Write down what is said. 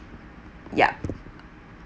yup